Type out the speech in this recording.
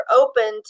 open